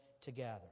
together